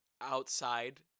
outside